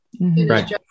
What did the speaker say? right